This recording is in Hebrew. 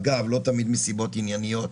אגב לא תמיד מסיבות ענייניות,